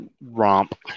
romp